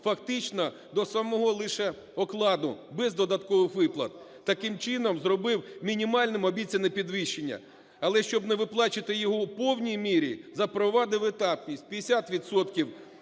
фактично до самого лише окладу без додаткових виплат, таким чином зробив мінімальним обіцяне підвищення. Але, щоб не виплачувати його у повній мірі, запровадив етапність: 50